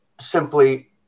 simply